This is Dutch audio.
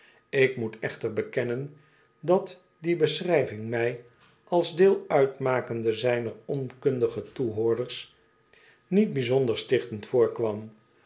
ik moetechter bekennen dat die beschrijving mij als deel uitmakende zijner onkundige toehoorders niet bijzonder stichtend voorkwam